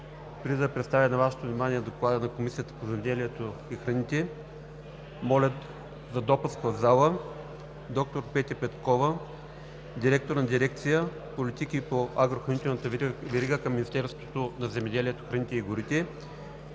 Преди да представя на Вашето внимание Доклада на Комисията по земеделието и храните, моля за допуск в залата на доктор Петя Петкова – директор на дирекция „Политики по агрохранителната верига“ към Министерството на земеделието, храните и горите,